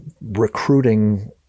recruiting